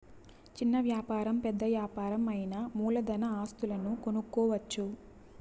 చిన్న వ్యాపారం పెద్ద యాపారం అయినా మూలధన ఆస్తులను కనుక్కోవచ్చు